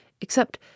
except